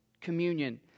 Communion